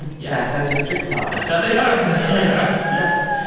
yeah that's how districts are that's how they are yeah